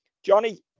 Johnny